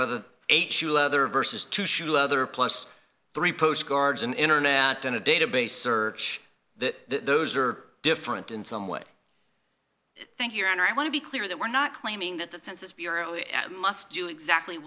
whether eight shoeleather versus two shoe leather plus three postcards and internet in a database search that those are different in some way thank your honor i want to be clear that we're not claiming that the census bureau must do exactly